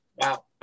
Wow